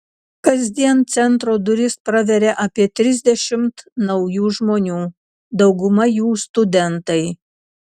kasdien centro duris praveria apie trisdešimt naujų žmonių dauguma jų studentai